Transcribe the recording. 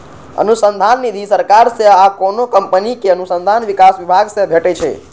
अनुसंधान निधि सरकार सं आ कोनो कंपनीक अनुसंधान विकास विभाग सं भेटै छै